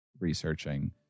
researching